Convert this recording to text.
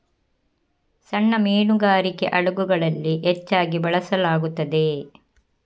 ಸಣ್ಣ ಮೀನುಗಾರಿಕೆ ಹಡಗುಗಳಲ್ಲಿ ಹೆಚ್ಚಾಗಿ ಬಳಸಲಾಗುತ್ತದೆ